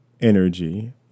energy